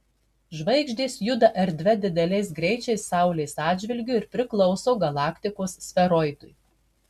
žvaigždės juda erdve dideliais greičiais saulės atžvilgiu ir priklauso galaktikos sferoidui